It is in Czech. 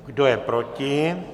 Kdo je proti?